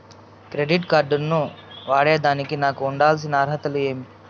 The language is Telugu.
క్రెడిట్ కార్డు ను వాడేదానికి నాకు ఉండాల్సిన అర్హతలు ఏమి?